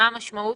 מה המשמעות?